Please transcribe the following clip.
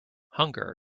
hunger